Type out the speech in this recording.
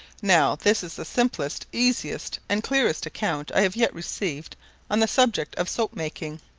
now, this is the simplest, easiest, and clearest account i have yet received on the subject of soap-making,